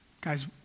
Guys